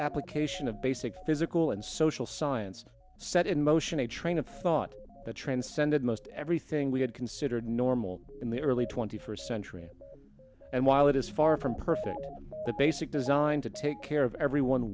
application of basic physical and social science set in motion a train of thought that transcended most everything we had considered normal in the early twenty first century and while it is far from perfect the basic design to take care of everyone